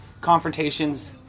confrontations